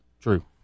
True